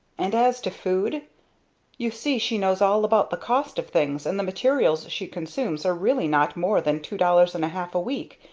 and as to food you see she knows all about the cost of things, and the materials she consumes are really not more than two dollars and a half a week,